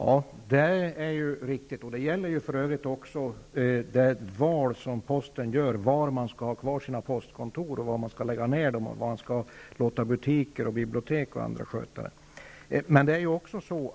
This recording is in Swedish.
Herr talman! Det är riktigt, och det gäller för övrigt också postens val i fråga om var man skall ha kvar sina postkontor och var man skall lägga ned dem, var man skall låta butiker, bibliotek och andra sköta verksamheten.